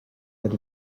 that